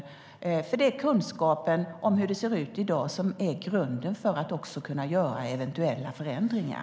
Det är nämligen kunskapen om hur det ser ut i dag som är grunden för att kunna göra eventuella förändringar.